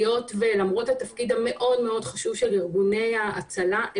למרות התפקיד המאוד מאוד חשוב של ארגוני ההצלה,